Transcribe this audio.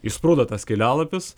išsprūdo tas kelialapis